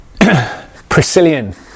Priscillian